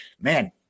man